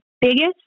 biggest